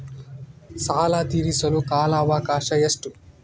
ಸಾಲ ತೇರಿಸಲು ಕಾಲ ಅವಕಾಶ ಎಷ್ಟು?